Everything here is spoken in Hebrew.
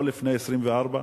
לא לפני 24,